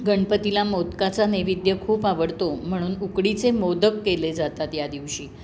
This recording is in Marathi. गणपतीला मोदकाचा नैवेद्य खूप आवडतो म्हणून उकडीचे मोदक केले जातात या दिवशी